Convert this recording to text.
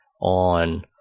On